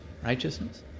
Righteousness